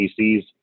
PCs